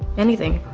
anything.